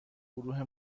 گروه